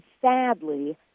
sadly